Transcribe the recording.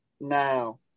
Now